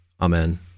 Amen